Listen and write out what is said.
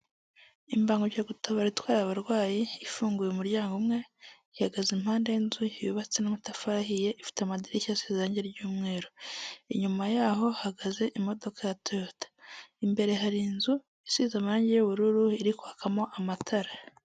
Imbangukiragutabara itwaye abarwayi ifunguye umuryango umwe, ihagaze m impande y'inzu yubatswe n'amatafarihiye ifite amadirishya asize amarange y'umweru, inyuma yaho hahagaze imodoka ya toyota imbere hari inzu isize amangi y'ubururu iri kwakamo amatara.